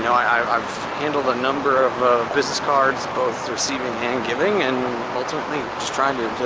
you know i've i've handled a number of ah business cards, both receiving and giving, and ultimately, just trying to